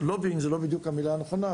לובינג זה לא בדיוק המילה הנכונה,